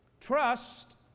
trust